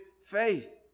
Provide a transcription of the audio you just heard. faith